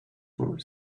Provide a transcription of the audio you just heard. for